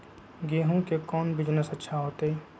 गेंहू के कौन बिजनेस अच्छा होतई?